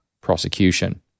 prosecution